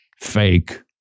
fake